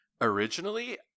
originally